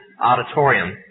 auditorium